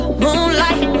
moonlight